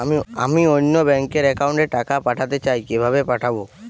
আমি অন্য ব্যাংক র অ্যাকাউন্ট এ টাকা পাঠাতে চাই কিভাবে পাঠাবো?